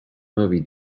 movie